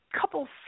couple